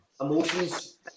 emotions